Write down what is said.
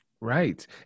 Right